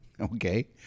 Okay